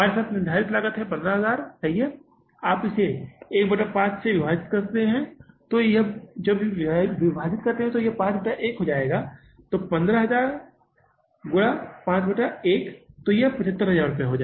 हमारे साथ निर्धारित लागत 15000 है सही है और यदि आप 1 से 5 से विभाजित करते हैं तो यह यहां 5 से 1 हो जाएगा इसलिए यदि आप इसे 15000 से गुणा करते हैं तो 5 से 1 गुणा करने पर यह कितना रुपये है